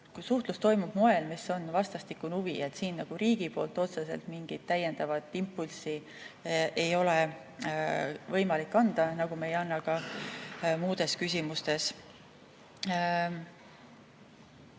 see suhtlus toimub moel, mis on vastastikune huvi. Siin riigi poolt otseselt mingit täiendavat impulssi ei ole võimalik anda, nagu me ei anna ka muudes küsimustes. Mis